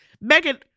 Megan